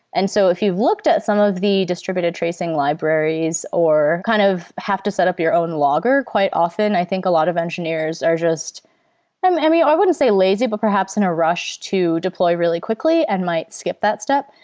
and so if you've looked at some of the distributed tracing libraries or kind of have to set up your own logger, quite often i think a lot of engineers are just um i mean, i wouldn't say lazy, but perhaps in a rush to deploy really quickly and might skip that step.